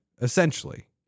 essentially